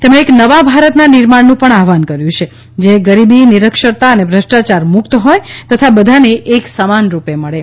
તેમણે એક એવા નવા ભારતના નિર્માણનું આહ્વાન કર્યું જે ગરીબી નિરક્ષરતા અને ભ્રષ્ટાચાર મુક્ત હોય તથા બધાને એક સમાન રૂપે મળે